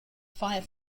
fire